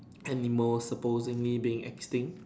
animals supposing being extinct